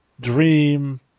Dream